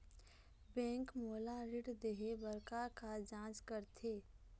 Bank मोला ऋण देहे बार का का जांच करथे?